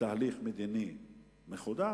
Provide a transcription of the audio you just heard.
לתהליך מדיני מחודש,